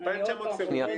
כמו שאמרתי,